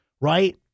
right